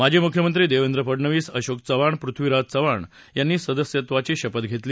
माजी मुख्यमंत्री देवेंद्र फडणवीस अशोक चव्हाण पृथ्वीराज चव्हाण यांनी सदस्यत्वाची शपथ घेतली